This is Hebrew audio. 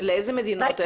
לאיזה מדינות?